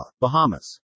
Bahamas